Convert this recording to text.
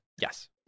yes